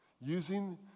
using